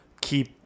keep